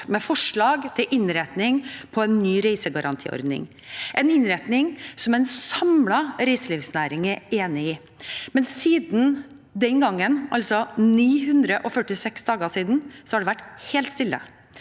med forslag til innretning på en ny reisegarantiordning, en innretning som en samlet reiselivsnæring er enig i. Men siden den gangen, altså i 946 dager, har det vært helt stille.